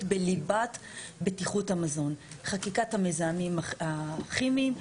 בליבת בטיחות המזון: חקיקת המזהמים הכימיים,